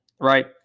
Right